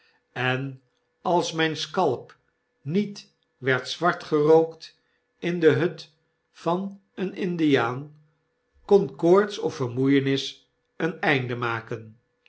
en als mijn scalp niet werd zwart gerookt in de hut van een indiaan kon koorts of vermoeienis een einde maken